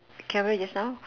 camera just now